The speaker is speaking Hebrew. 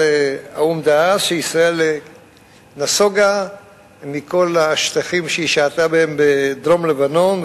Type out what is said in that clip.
האו"ם דאז שישראל נסוגה מכל השטחים שהיא שהתה בהם בדרום-לבנון,